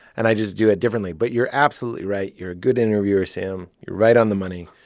and i just do it differently. but you're absolutely right. you're a good interviewer, sam. you're right on the money.